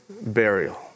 burial